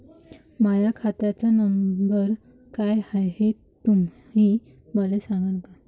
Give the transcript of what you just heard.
माह्या खात्याचा नंबर काय हाय हे तुम्ही मले सागांन का?